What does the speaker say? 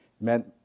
meant